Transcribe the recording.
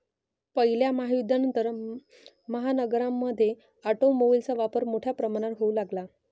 पहिल्या महायुद्धानंतर, महानगरांमध्ये ऑटोमोबाइलचा वापर मोठ्या प्रमाणावर होऊ लागला